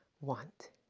want